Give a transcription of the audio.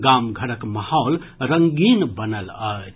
गाम घरक माहौल रंगीन बनल अछि